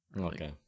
okay